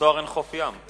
בבית-סוהר אין חוף ים.